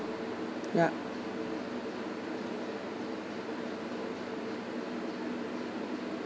yup